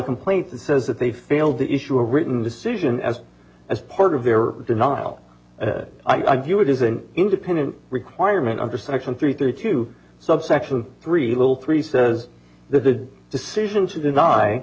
complaint that says that they failed to issue a written decision as as part of their denial and i view it as an independent requirement under section three thirty two subsection three little three says that the decision to deny